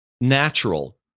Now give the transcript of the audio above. natural